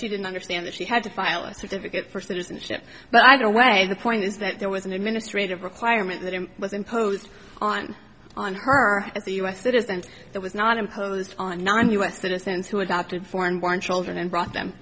she didn't understand that she had to file a certificate for citizenship but i don't weigh the point is that there was an administrative requirement that it was imposed on on her as a u s citizen that was not imposed on non u s citizens who adopted foreign born children and brought them